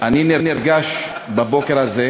אני נרגש בבוקר הזה,